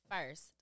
first